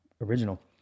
original